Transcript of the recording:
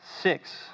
Six